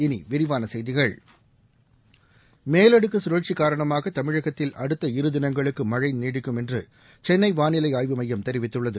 இனி விரிவான செய்திகள் மேலடுக்கு சுழற்சி காரணமாக தமிழகத்தில் அடுத்த இருதினங்களுக்கு மழை நீடிக்கும் என்று சென்னை வானிலை ஆய்வு மையம் தெரிவித்துள்ளது